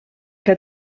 que